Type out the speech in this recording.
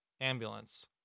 ambulance